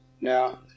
Now